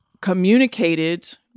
communicated